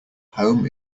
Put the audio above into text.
home